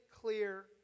clear